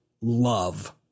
love